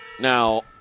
Now